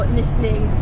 listening